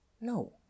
No